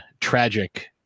tragic